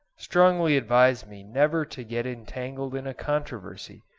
strongly advised me never to get entangled in a controversy,